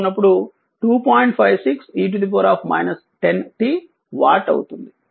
56 e 10 t watt అవుతుంది